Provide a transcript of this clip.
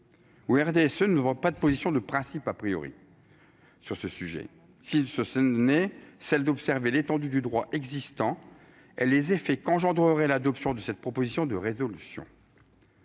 Le RDSE n'a pas de position de principe sur ce sujet, sinon celle qui consiste à observer l'étendue du droit existant et les effets qu'engendrerait l'adoption de cette proposition de résolution.